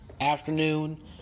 afternoon